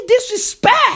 disrespect